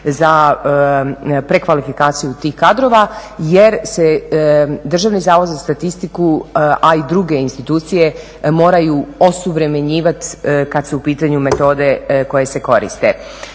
za prekvalifikaciju tih kadrova jer se Državni zavod za statistiku, a i druge institucije moraju osuvremenjivat kad su u pitanju metode koje se koriste.